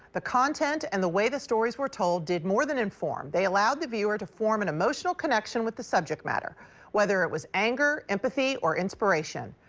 the content and the way the stories were told did more than inform, they allow the viewer to form an emotional connection with the subject matter whether it was anger, empathy, or inspiration.